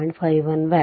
51 watt